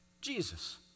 Jesus